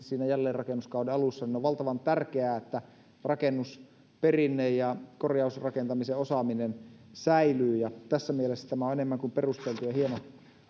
siinä jälleenrakennuskauden alussa on valtavan tärkeää että rakennusperinne ja korjausrakentamisen osaaminen säilyy ja tässä mielessä tämä on enemmän kuin perusteltu ja hieno